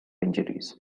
injuries